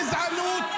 זה גזענות.